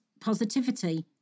positivity